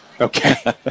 Okay